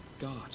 God